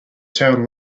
town